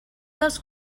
dels